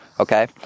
Okay